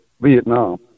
Vietnam